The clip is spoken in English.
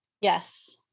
yes